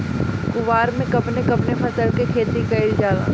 कुवार में कवने कवने फसल के खेती कयिल जाला?